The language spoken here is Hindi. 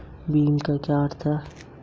भीम का क्या अर्थ है?